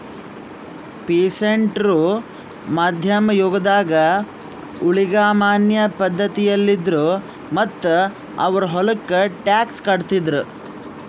peasant ರು ಮಧ್ಯಮ್ ಯುಗದಾಗ್ ಊಳಿಗಮಾನ್ಯ ಪಧ್ಧತಿಯಲ್ಲಿದ್ರು ಮತ್ತ್ ಅವ್ರ್ ಹೊಲಕ್ಕ ಟ್ಯಾಕ್ಸ್ ಕಟ್ಟಿದ್ರು